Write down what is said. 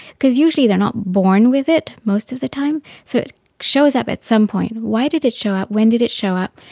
because usually they are not born with it most of the time, so it shows up at some point. why did it show up, when did it show up.